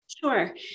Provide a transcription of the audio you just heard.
Sure